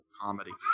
comedies